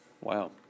Wow